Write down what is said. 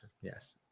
Yes